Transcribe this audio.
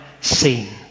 seen